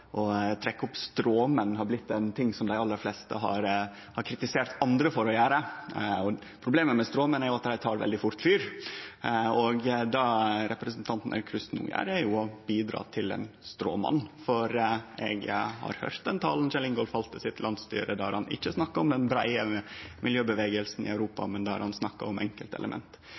opp stråmenn har blitt noko som dei aller fleste har kritisert andre for å gjere. Problemet med stråmenn er at dei tek veldig fort fyr, og det representanten Aukrust no gjer, er å bidra til ein stråmann. For eg har høyrt den talen Kjell Ingolf Ropstad heldt til sitt landsstyre, der han ikkje snakka om den breie miljøbevegelsen i Europa, men der han snakka om